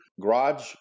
garage